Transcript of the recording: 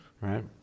right